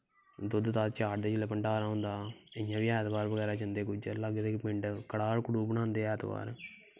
ते मतलव चार दिन दां भण्डारा होंदा ऐतबार जंदे गुज्जर पिंडा दे कड़ाह् कड़ूह् बनांदे ऐतबार